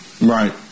Right